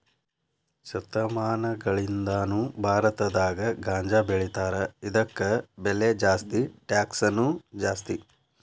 ಶತಮಾನಗಳಿಂದಾನು ಭಾರತದಾಗ ಗಾಂಜಾಬೆಳಿತಾರ ಇದಕ್ಕ ಬೆಲೆ ಜಾಸ್ತಿ ಟ್ಯಾಕ್ಸನು ಜಾಸ್ತಿ